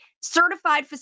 certified